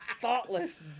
Thoughtless